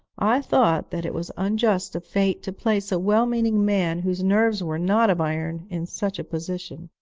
i thought that it was unjust of fate to place a well-meaning man, whose nerves were not of iron, in such a position.